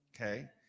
okay